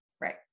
Right